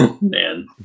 man